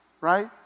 Right